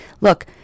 Look